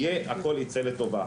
הכול יצא לטובה,